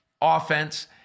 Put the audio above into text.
offense